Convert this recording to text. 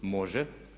Može.